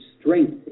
strength